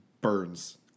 burns